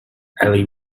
ellie